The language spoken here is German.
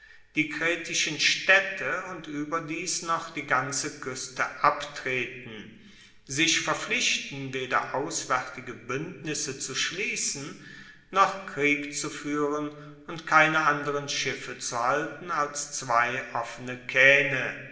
die kretischen staedte und ueberdies noch die ganze kueste abtreten sich verpflichten weder auswaertige buendnisse zu schliessen noch krieg zu fuehren und keine anderen schiffe zu halten als zwei offene kaehne